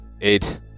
Eight